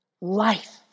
Life